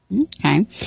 Okay